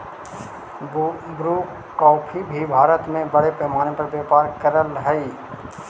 Bru coffee भी भारत में बड़े पैमाने पर व्यापार करअ हई